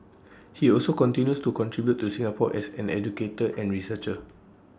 he also continues to contribute to Singapore as an educator and researcher